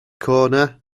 corner